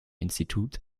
institut